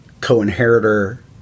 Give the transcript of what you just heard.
co-inheritor